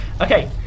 Okay